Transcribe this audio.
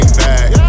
back